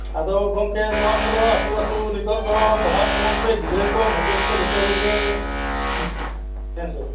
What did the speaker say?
ᱟᱫᱚ ᱜᱚᱢᱠᱮ ᱱᱚᱣᱟᱠᱚᱫᱚ ᱟᱛᱳᱼᱟᱛᱳ ᱱᱤᱛᱚᱜᱫᱚ ᱯᱟᱲᱦᱟᱜ ᱛᱟᱵᱚᱱᱯᱮ ᱜᱤᱫᱽᱨᱟᱹ ᱠᱚ ᱢᱟᱪᱮᱫ ᱠᱚ ᱡᱚᱛᱚ ᱠᱚᱜᱮ ᱦᱮᱸ ᱥᱮ